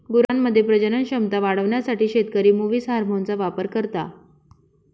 गुरांमध्ये प्रजनन क्षमता वाढवण्यासाठी शेतकरी मुवीस हार्मोनचा वापर करता